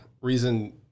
reason